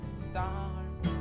stars